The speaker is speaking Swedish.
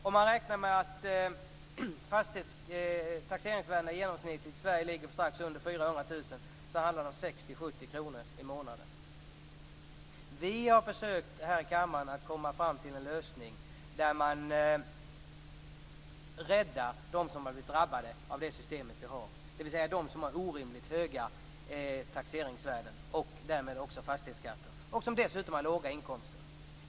Om man räknar på att taxeringsvärdena på hus i Sverige i genomsnitt ligger på strax under 400 000 kr, blir det fråga om 60-70 kr i månaden. Vi har i kammaren försökt att komma fram till en lösning där de som drabbas av systemet räddas, dvs. de som har orimligt höga taxeringsvärden och därmed också fastighetsskatter i kombination med låga inkomster.